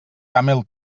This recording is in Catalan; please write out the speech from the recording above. camel